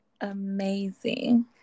amazing